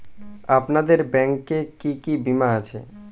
আপনাদের ব্যাংক এ কি কি বীমা আছে?